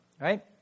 right